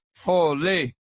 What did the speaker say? Holy